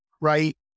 right